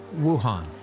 Wuhan